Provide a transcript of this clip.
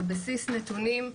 על בסיס נתונים.